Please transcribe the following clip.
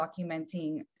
documenting